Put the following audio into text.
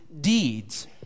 deeds